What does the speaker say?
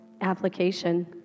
Application